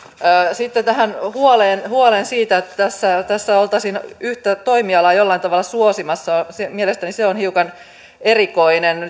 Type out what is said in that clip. sitten tähän huoleen siitä että tässä oltaisiin yhtä toimialaa jollain tavalla suosimassa mielestäni se on hiukan erikoinen